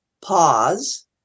pause